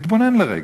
נתבונן לרגע,